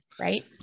right